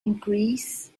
increase